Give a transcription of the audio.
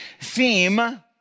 theme